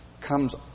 comes